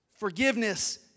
Forgiveness